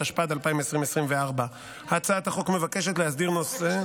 התשפ"ד 2024. הצעת החוק מבקשת להסדיר נושא,